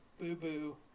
Boo-boo